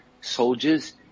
soldiers